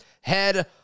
head